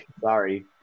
sorry